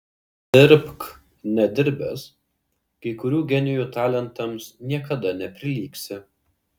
dirbk nedirbęs kai kurių genijų talentams niekada neprilygsi